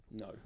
No